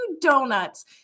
donuts